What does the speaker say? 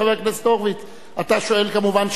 חבר הכנסת הורוביץ, אתה, כמובן,